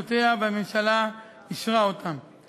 לסיוע מאגף שיקום נכים ואגף משפחות והנצחה במשרד הביטחון.